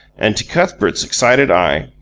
and, to cuthbert's excited eye,